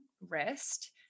rest